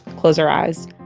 close our eyes.